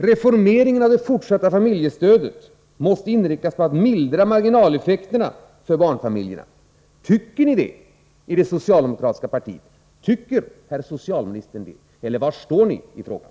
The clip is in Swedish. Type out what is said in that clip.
Reformeringen av det fortsatta familjestödet måste inriktas på att mildra marginaleffekterna för barnfamiljerna. Tycker ni det i det socialdemokratiska partiet? Tycker herr socialministern det? Eller var står ni i denna fråga?